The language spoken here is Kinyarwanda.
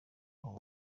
aho